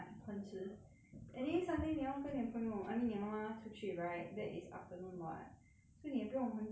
anyway sunday 你要跟你的朋友 I mean 你的妈妈出去 right that is afternoon [what] so 你也不用很早睡